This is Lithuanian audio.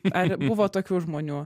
ar buvo tokių žmonių